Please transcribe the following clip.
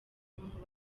muntu